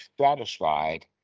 satisfied